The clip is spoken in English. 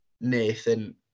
Nathan